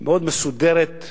מאוד מסודרת,